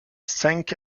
sank